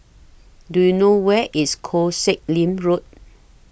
Do YOU know Where IS Koh Sek Lim Road